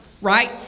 right